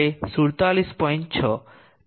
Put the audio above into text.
6 કાચ માટે 1